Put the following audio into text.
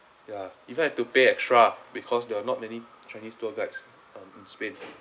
ya even I have to pay extra because there are not many chinese tour guides uh in spain